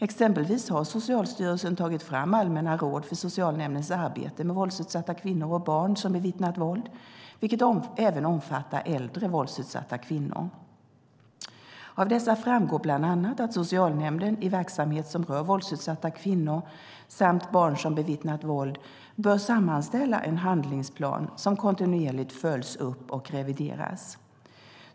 Exempelvis har Socialstyrelsen tagit fram allmänna råd för socialnämndens arbete med våldsutsatta kvinnor och barn som bevittnat våld, vilket även omfattar äldre våldsutsatta kvinnor. Av dessa framgår bland annat att socialnämnden i verksamhet som rör våldsutsatta kvinnor samt barn som bevittnat våld bör sammanställa en handlingsplan som kontinuerligt följs upp och revideras.